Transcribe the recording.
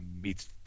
meets